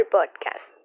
Podcast